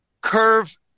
curve